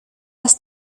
las